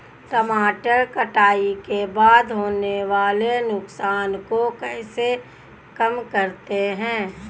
टमाटर कटाई के बाद होने वाले नुकसान को कैसे कम करते हैं?